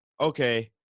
okay